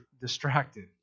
distracted